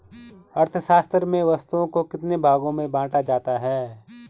अर्थशास्त्र में वस्तुओं को कितने भागों में बांटा जाता है?